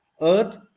earth